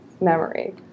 memory